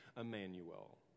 Emmanuel